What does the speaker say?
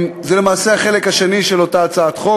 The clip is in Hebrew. למעשה, זה החלק השני של אותה הצעת החוק.